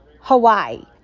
Hawaii